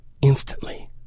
instantly